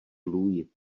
lůj